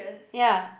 ya